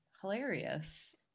hilarious